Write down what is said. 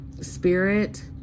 spirit